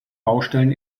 baustellen